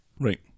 Right